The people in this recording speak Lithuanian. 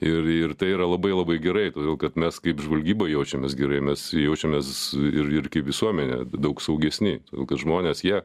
ir ir tai yra labai labai gerai todėl kad mes kaip žvalgyba jaučiamės gerai mes jaučiamės ir ir kaip visuomenė daug saugesni kad žmonės jie